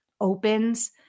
opens